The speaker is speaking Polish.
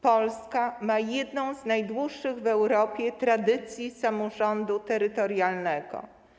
Polska ma jedną z najdłuższych w Europie tradycji samorządu terytorialnego.